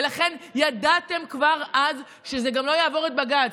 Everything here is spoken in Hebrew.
ולכן ידעתם כבר אז שזה גם לא יעבור את בג"ץ,